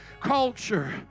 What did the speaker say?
culture